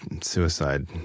suicide